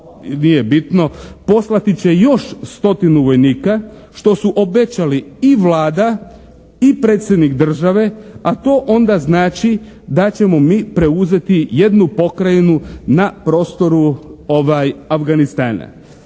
nije bitno, poslati će još stotinu vojnika što su obećali i Vlada i Predsjednik države, a to onda znači da ćemo mi preuzeti jednu pokrajinu na prostoru Afganistana.